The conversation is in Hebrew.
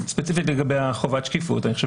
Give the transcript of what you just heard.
ספציפית לגבי חובת השקיפות אני חושב